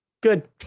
Good